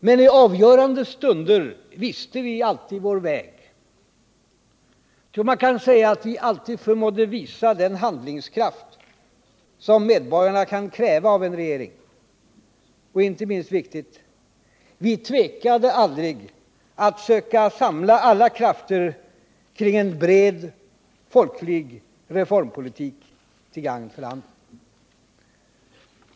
Men i avgörande stunder visste vi alltid vår väg — vi förmådde alltid att visa den handlingskraft som medborgarna kan kräva av en regering. Och — inte minst viktigt — vi tvekade aldrig att söka samla alla krafter kring en bred folklig reformpolitik till gagn för landet.